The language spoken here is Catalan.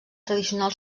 tradicional